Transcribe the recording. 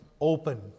open